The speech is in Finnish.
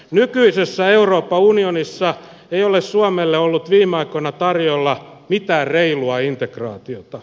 nykyisessä euroopan unionissa ei ole suomelle ollut viime aikoina tarjolla mitään reilua integraatiota